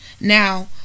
Now